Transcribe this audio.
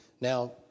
now